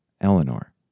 Eleanor